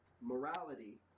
morality